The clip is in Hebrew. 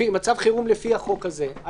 כן, מצב חירום לפי החוק הזה.